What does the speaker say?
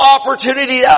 opportunity